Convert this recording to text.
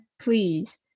please